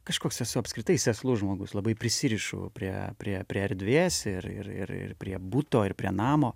kažkoks esu apskritai sėslus žmogus labai prisirišu prie prie prie erdvės ir ir ir ir prie buto ir prie namo